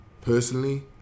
personally